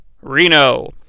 Reno